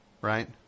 Right